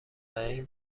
این